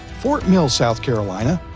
fort mill, south carolina,